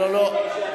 לא, לא.